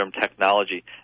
technology